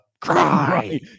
Cry